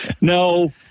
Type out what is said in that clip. No